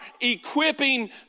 equipping